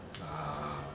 ah